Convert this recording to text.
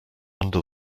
under